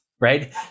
right